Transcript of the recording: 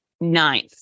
ninth